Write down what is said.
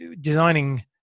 designing